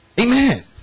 amen